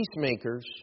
peacemakers